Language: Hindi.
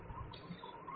फिर बिक्री का बजट होगा